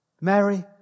Mary